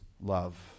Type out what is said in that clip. love